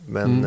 Men